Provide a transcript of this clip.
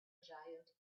giant